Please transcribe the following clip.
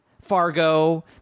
Fargo